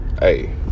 hey